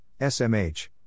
SMH